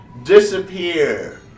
disappear